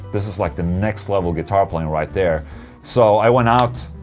this is like the next level guitar playing right there' so i went out,